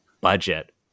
budget